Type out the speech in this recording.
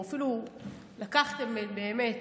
אפילו באמת